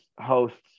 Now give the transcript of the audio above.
hosts